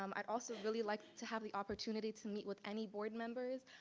um i'd also really like to have the opportunity to meet with any board members,